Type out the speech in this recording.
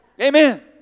Amen